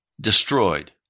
destroyed